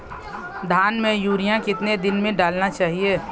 धान में यूरिया कितने दिन में डालना चाहिए?